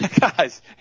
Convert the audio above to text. Guys